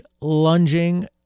lunging